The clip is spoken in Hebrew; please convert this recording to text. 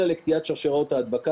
אלא לקטיעת שרשראות ההדבקה.